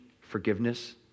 forgiveness